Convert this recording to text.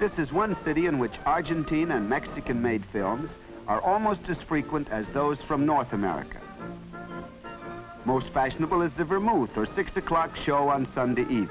this is one city in which argentina mexican made films are almost as frequent as those from north america most fashionable is the vermouth for six o'clock show on sunday